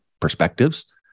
perspectives